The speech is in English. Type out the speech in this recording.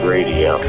Radio